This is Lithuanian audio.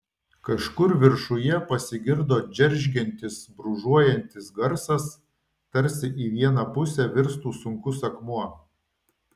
kažkur viršuje pasigirdo džeržgiantis brūžuojantis garsas tarsi į vieną pusę virstų sunkus akmuo